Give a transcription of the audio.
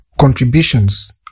contributions